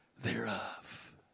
thereof